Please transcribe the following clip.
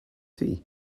tea